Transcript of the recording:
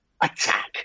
attack